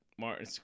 Martin